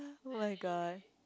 oh-my-God